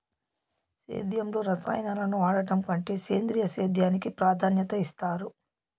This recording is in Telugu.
సేద్యంలో రసాయనాలను వాడడం కంటే సేంద్రియ సేద్యానికి ప్రాధాన్యత ఇస్తారు